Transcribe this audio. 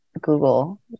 Google